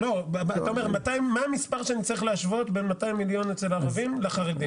מה המספר שאני צריך להשוות בין 200 מיליון אצל ערבים לחרדים?